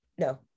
no